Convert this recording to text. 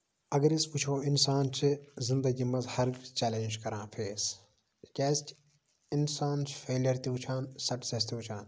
اَگر أسۍ وٕچھو اِنسان چھُ زِندگی منٛز ہَر وِزِ چیلیج کران فیس کیازِ کہِ اِنسان چھُ فیلیر تہِ وٕچھان سَکسیس تہِ وٕچھان